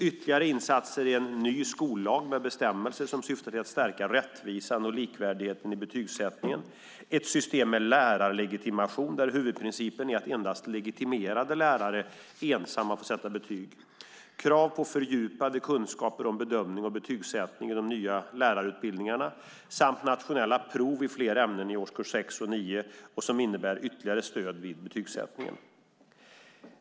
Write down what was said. Ytterligare insatser är en ny skollag med bestämmelser som syftar till att stärka rättvisan och likvärdigheten i betygssättningen, ett system med lärarlegitimation där huvudprincipen är att endast legitimerade lärare ensamma får sätta betyg, krav på fördjupade kunskaper om bedömning och betygssättning i de nya lärarutbildningarna samt nationella prov i fler ämnen i årskurs 6 och 9 som innebär ytterligare stöd vid betygssättningen.